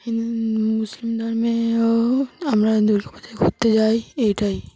Hindu Muslim ধর্মেও আমরা দুর্গাপুজায় ঘুরতে যাই এইটাই